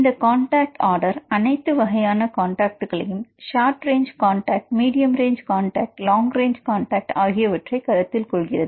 இந்த contact order அனைத்து வகையான காண்டாக்ட்களையும் short range contact medium range contact long range contact ஆகியவற்றை கருத்தில் கொள்கிறது